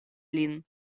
lin